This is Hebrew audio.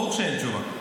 ברור שאין תשובה.